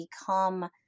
become